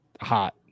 hot